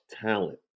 talent